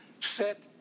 set